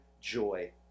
joy